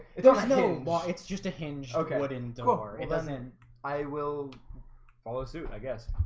it doesn't know well. it's just a hinge. okay wooden door. it doesn't i will follow suit i guess